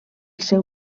seu